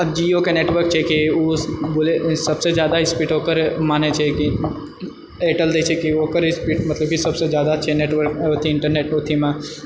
अब जिओके नेटवर्क छै कि ओ बोलय सबसँ जादा स्पीड ओकर मानै छै कि एयरटेल देछैकि ओकर स्पीड मतलबकि सबसे जादा छै नेटवर्क अथि इन्टरनेट अथिमे